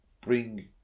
bring